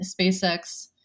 SpaceX